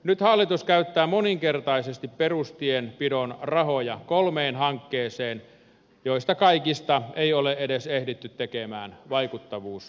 nyt hallitus käyttää moninkertaisesti perustienpidon rahoja kolmeen hankkeeseen joista kaikista ei ole edes ehditty tekemään vaikuttavuusanalyysejä